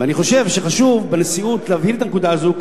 ואני חושב שחשוב בנשיאות להבהיר את הנקודה הזאת,